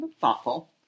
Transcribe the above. Thoughtful